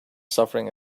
suffering